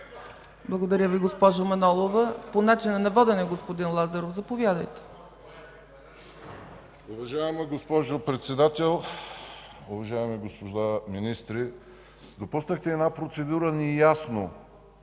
Благодаря Ви, госпожо Манолова. По начина на водене, господин Лазаров? Заповядайте.